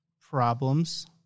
problems